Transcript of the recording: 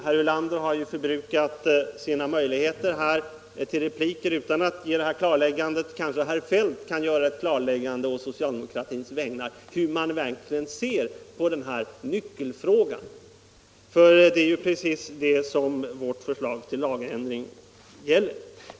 Herr Ulander har ju förbrukat sina möjligheter till replik utan att ge något klarläggande. Kanske herr Feldt kan komma med ett klarläggande på socialdemokratins vägnar om hur man verkligen ser på den här nyckelfrågan. Det är ju precis den som vårt förslag till lagändring gäller.